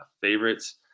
favorites